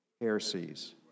heresies